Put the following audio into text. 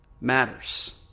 matters